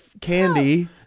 candy